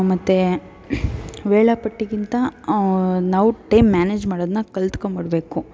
ಮತ್ತು ವೇಳಾಪಟ್ಟಿಗಿಂತ ನಾವು ಟೈಮ್ ಮ್ಯಾನೇಜ್ ಮಾಡೋದನ್ನು ಕಲಿತ್ಕೊಂಬಿಡ್ಬೇಕು